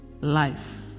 Life